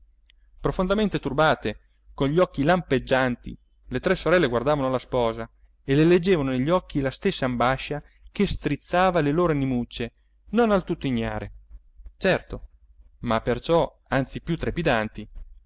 profondamente turbate con gli occhi lampeggianti le tre sorelle guardavano la sposa e le leggevano negli occhi la stessa ambascia che strizzava le loro animucce non al tutto ignare certo ma perciò anzi più trepidanti